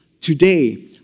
today